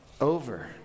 over